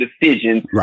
decisions